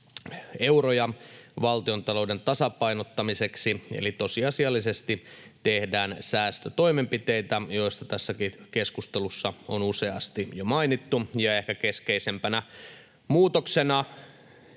euroja valtiontalouden tasapainottamiseksi, eli tosiasiallisesti tehdään säästötoimenpiteitä, joista tässäkin keskustelussa on useasti jo mainittu. Ja ehkä keskeisimpänä muutoksena